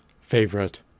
favorite